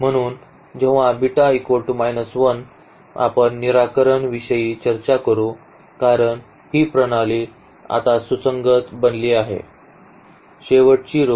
म्हणून जेव्हा आपण निराकरण विषयी चर्चा करू कारण ही प्रणाली आता सुसंगत बनली आहे शेवटची row 0 झाली आहे